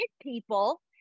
people